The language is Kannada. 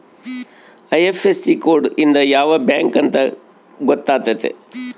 ಐ.ಐಫ್.ಎಸ್.ಸಿ ಕೋಡ್ ಇಂದ ಯಾವ ಬ್ಯಾಂಕ್ ಅಂತ ಗೊತ್ತಾತತೆ